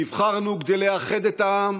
נבחרנו כדי לאחד את העם